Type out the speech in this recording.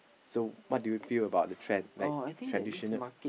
so what do you feel about the trend like traditional